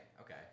okay